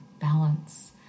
balance